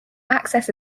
access